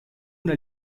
una